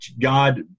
god